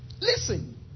Listen